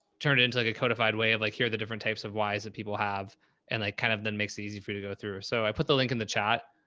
turn it into like a codified way of like, here are the different types of whys that people have and like kind of then makes it easy for you to go through. so i put the link in the chat,